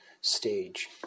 stage